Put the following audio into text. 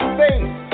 face